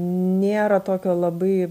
nėra tokio labai